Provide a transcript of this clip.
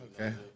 Okay